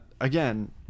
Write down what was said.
Again